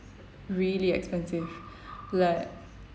really expensive like